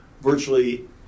virtually